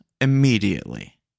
immediately